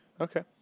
Okay